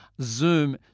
Zoom